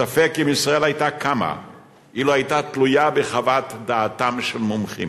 ספק אם ישראל היתה קמה אילו היתה תלויה בחוות דעתם של מומחים.